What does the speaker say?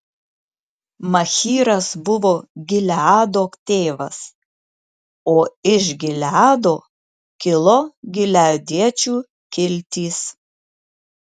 machyras buvo gileado tėvas o iš gileado kilo gileadiečių kiltys